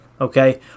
Okay